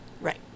Right